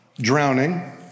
drowning